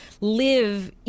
live